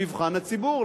למבחן הציבור,